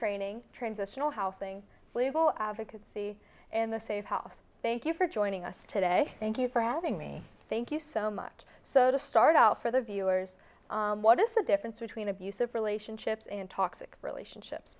training transitional housing legal advocacy in the safe house thank you for joining us today thank you for having me thank you so much so to start out for the viewers what is the difference between abusive relationships and talks in relationships